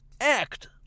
act